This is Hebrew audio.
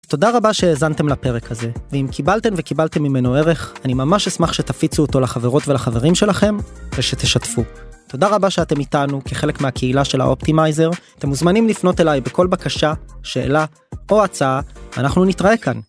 תודה רבה שהאזנתם לפרק הזה, ואם קיבלתן וקיבלתם ממנו ערך, אני ממש אשמח שתפיצו אותו לחברות ולחברים שלכם, ושתשתפו. תודה רבה שאתם איתנו, כחלק מהקהילה של האופטימייזר, אתם מוזמנים לפנות אליי בכל בקשה, שאלה, או הצעה, ואנחנו נתראה כאן.